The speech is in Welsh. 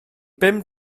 bum